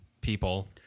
people